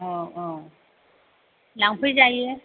औ औ लांफैजायो